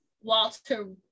Walter